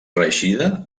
reeixida